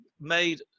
made